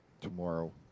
tomorrow